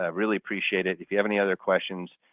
ah really appreciate it. if you have any other questions,